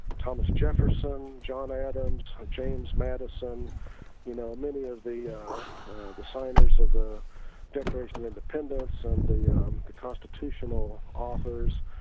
thomas jefferson, john ah adams, james james madison you know many of the the signers of the declaration independence, and the um the constitutional authors,